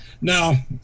now